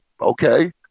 okay